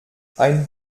ein